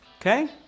Okay